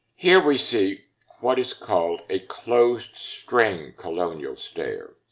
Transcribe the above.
here, we see what is called a closed-string colonial stair,